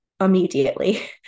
immediately